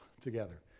together